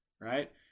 right